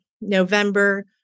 November